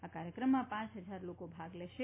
આ કાર્યક્રમમાં પાંચ હજાર લોકો ભાગ લેશે